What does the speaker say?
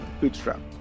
bootstrap